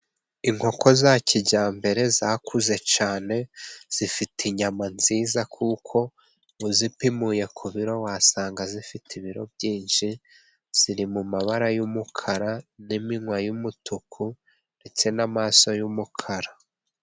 Inkoko za kijyambere zakuze cyane zifite inyama nziza, kuko muzipimuye ku biro wasanga zifite ibiro byinshi. Ziri mu mabara y'umukara, n'iminywa y'umutuku, ndetse n'amaso y'umukara.